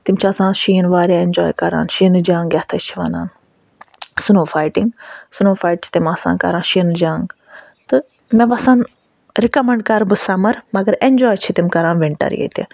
تِم چھِ آسان شیٖن واریاہ اٮ۪نجاے کران شیٖنہٕ جَنگ یَتھ أسۍ چھِ وَنان سُنو فایٹِنٛگ سُنو فایِٹ چھِ تِم آسان کران شیٖنہٕ جَنگ تہٕ مےٚ باسان رِکَمَنڈ کَرٕ بہٕ سَمر مگر اٮ۪نجاے چھِ تِم کران وِنٹَر ییٚتہِ